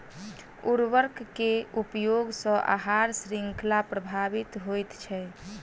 उर्वरक के उपयोग सॅ आहार शृंखला प्रभावित होइत छै